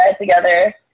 together